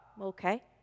Okay